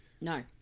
No